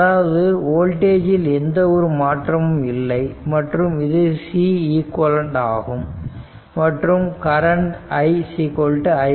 அதாவது வோல்டேஜ்ல் எந்த ஒரு மாற்றமும் இல்லை மற்றும் இது Ceq ஆகும் மற்றும் கரண்ட் I i1 i2